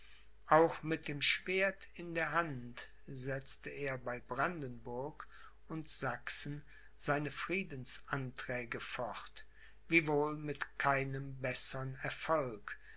auch mit dem schwert in der hand setzte er bei brandenburg und sachsen seine friedensanträge fort wiewohl mit keinem bessern erfolg